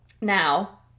Now